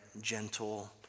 gentle